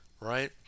right